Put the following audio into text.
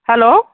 hello